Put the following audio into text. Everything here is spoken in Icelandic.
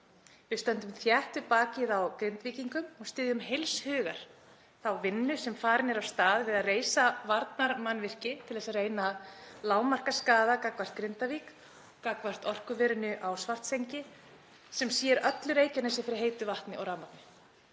Við stöndum þétt við bakið á Grindvíkingum og styðjum heils hugar þá vinnu sem farin er af stað við að reisa varnarmannvirki til að reyna að lágmarka skaða gagnvart Grindavík, gagnvart orkuverinu í Svartsengi sem sér öllu Reykjanesi fyrir heitu vatni og rafmagni.